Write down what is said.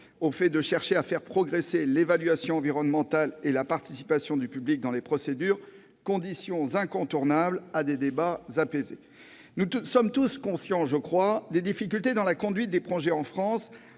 au fait de chercher à faire progresser l'évaluation environnementale et la participation du public dans les procédures, conditions incontournables à des débats apaisés. Nous sommes tous conscients, je crois, des difficultés dans la conduite des projets en France,